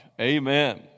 Amen